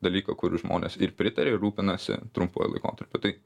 dalyką kur žmonės ir pritarė ir rūpinasi trumpuoju laikotarpiu tai